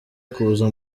kuza